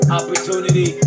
opportunity